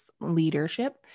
leadership